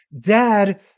Dad